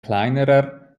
kleinerer